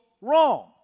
wrong